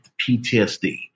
PTSD